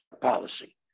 policy